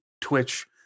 Twitch